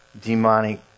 demonic